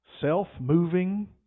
self-moving